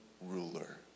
ruler